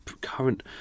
current